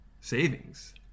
savings